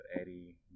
Eddie